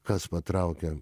kas patraukia